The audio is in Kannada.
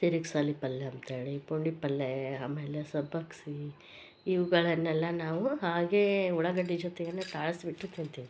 ತಿರ್ಗ ಸಾಲಿ ಪಲ್ಲೆ ಅಂತ ಹೇಳಿ ಪುಂಡಿ ಪಲ್ಲೆ ಅಮೇಲೆ ಸ್ವಲ್ಪ ಸಬ್ಬಗ್ಸಿ ಇವುಗಳನ್ನೆಲ್ಲ ನಾವು ಹಾಗೇ ಉಳಾಗಡ್ಡಿ ಜೊತೆಯನೆ ತಾಳ್ಸ್ಬಿಟ್ಟು ತಿನ್ತೀವಿ